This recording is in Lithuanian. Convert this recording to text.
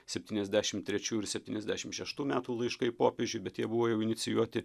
septyniasdešim trečių ir septyniasdešim šeštų metų laiškai popiežiui bet jie buvo jau inicijuoti